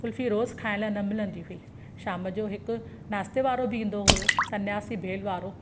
कुल्फ़ी रोज़ु खाइण लाइ न मिलंदी हुई शाम जो हिकु नाश्ते वारो बि ईंदो हुओ संयासी भेल वारो